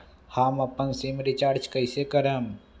हम अपन SIM recharge कइसे करम?